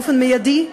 באופן מיידי,